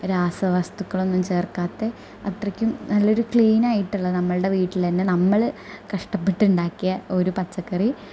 രാസവസ്തുക്കളൊന്നും ചേർക്കാത്ത അത്രയ്ക്കും നല്ലൊരു ക്ലീൻ ആയിട്ടുള്ള നമ്മുടെ വീട്ടിൽ തന്നെ നമ്മൾ കഷ്ട്ടപ്പെട്ട് ഉണ്ടാക്കിയ ഒരു പച്ചക്കറി